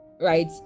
right